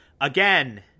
Again